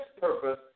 purpose